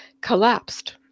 collapsed